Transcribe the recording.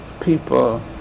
people